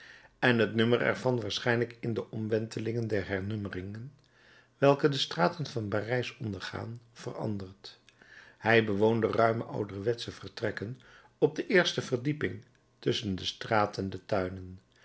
en het nummer ervan waarschijnlijk in de omwentelingen der hernummering welke de straten van parijs ondergaan veranderd hij bewoonde ruime ouderwetsche vertrekken op de eerste verdieping tusschen de straat en de tuinen